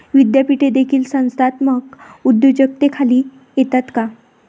विद्यापीठे देखील संस्थात्मक उद्योजकतेखाली येतात का?